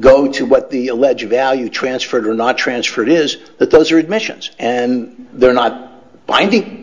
go to what the alleged value transferred or not transfer is that those are admissions and they're not binding